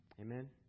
Amen